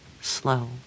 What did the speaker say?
slow